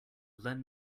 lend